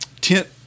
tent